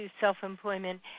self-employment